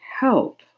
help